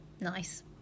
Nice